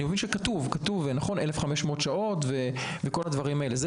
אני מבין שכתוב 1,500 שעות וכל הדברים האלה,